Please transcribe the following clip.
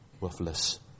worthless